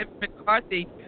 McCarthy